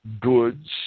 goods